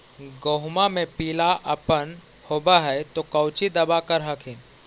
गोहुमा मे पिला अपन होबै ह तो कौची दबा कर हखिन?